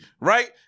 right